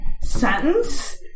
sentence